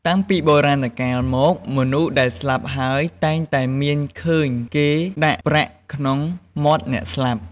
តាំងពីបុរាណកាលមក មនុស្សដែលស្លាប់ហើយតែងតែមានឃើញគេដាក់ប្រាក់ក្នុងមាត់អ្នកស្លាប់ ។